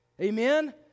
Amen